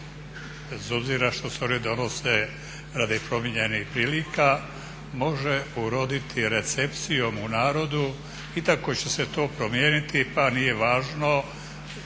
obzira što se one donose nepromijenjenih prilika, može uroditi recepcijom u narodu i tako će se to promijeniti, pa nije važno,